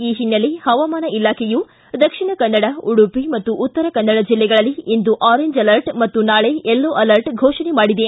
ಈ ಹಿನ್ನೆಲೆ ಹವಾಮಾನ ಇಲಾಖೆಯು ದಕ್ಷಿಣ ಕನ್ನಡ ಉಡುಪಿ ಮತ್ತು ಉತ್ತರ ಕನ್ನಡ ಜಿಲ್ಲೆಗಳಲ್ಲಿ ಇಂದು ಆರೇಂಜ್ ಅಲರ್ಟ್ ಮತ್ತು ನಾಳೆ ಯೆಲ್ಲೋ ಅಲರ್ಟ್ ಘೋಷಣೆ ಮಾಡಿದೆ